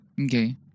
Okay